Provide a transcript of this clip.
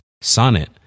Sonnet